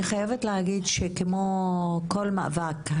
אני חייבת להגיד שכמו כל מאבק,